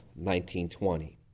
1920